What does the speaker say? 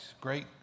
Great